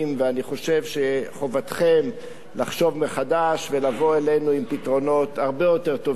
ואני חושב שחובתכם לחשוב מחדש ולבוא אלינו עם פתרונות הרבה יותר טובים,